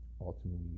ultimately